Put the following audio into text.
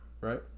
Right